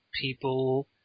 people